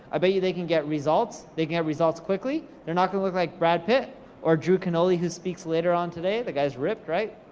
i bet you they can get results. they can get results quickly. they're not gonna look like brad pitt or drew canoli, who speaks later on today, the guys ripped,